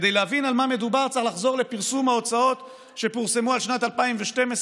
כדי להבין על מה מדובר צריך לחזור להוצאות שפורסמו בשנת 2012,